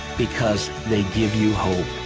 because they give you hope.